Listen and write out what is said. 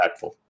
impactful